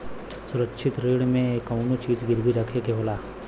सुरक्षित ऋण में कउनो चीज गिरवी रखे के होला